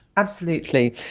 absolutely.